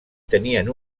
tenien